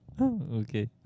okay